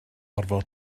orfod